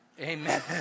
Amen